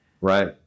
right